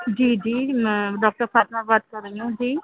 جی جی میں ڈاکٹر فاطمہ بات کر رہی ہوں جی